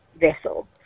vessel